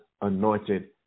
anointed